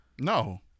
No